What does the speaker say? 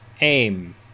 aim